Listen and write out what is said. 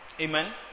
Amen